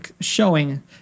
showing